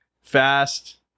fast